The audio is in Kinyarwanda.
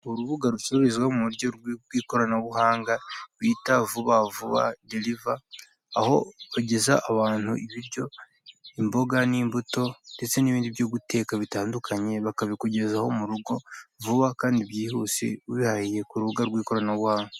Urubuga rucururizwaho mu buryo bw'ikoranabuhanga bita vubavuba deriva, aho ugeza abantu ibiryo imboga n'imbuto ndetse n'ibindi byo guteka bitandukanye bakabikugezaho mu rugo vuba kandi byihuse, bakabikugezaho ubihahiye ku rubuga rw'ikoranabuhanga.